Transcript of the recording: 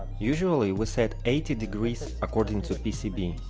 usually we set eighty degrees according to pcb.